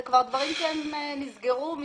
אלה כבר דברים שנסגרו מזמן.